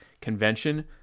convention